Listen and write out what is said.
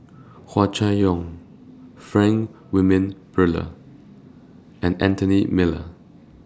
Hua Chai Yong Frank Wilmin Brewer and Anthony Miller